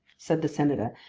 said the senator,